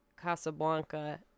Casablanca